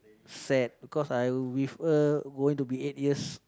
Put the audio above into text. sad cause I with her going to be eight years